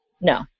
No